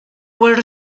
were